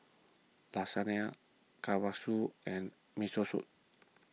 Lasagne Kalguksu and Miso Soup